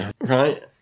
Right